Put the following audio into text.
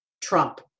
Trump